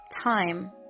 time